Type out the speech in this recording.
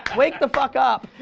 wake the fuck up.